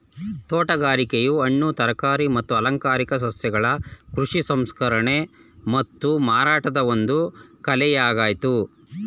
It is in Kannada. ತೋಟಗಾರಿಕೆಯು ಹಣ್ಣು ತರಕಾರಿ ಮತ್ತು ಅಲಂಕಾರಿಕ ಸಸ್ಯಗಳ ಕೃಷಿ ಸಂಸ್ಕರಣೆ ಮತ್ತು ಮಾರಾಟದ ಒಂದು ಕಲೆಯಾಗಯ್ತೆ